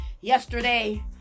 Yesterday